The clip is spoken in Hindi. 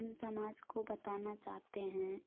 हम समाज को बताना चाहते हैं